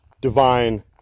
divine